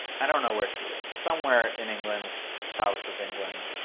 i don't know where she lives. somewhere in england, south of england,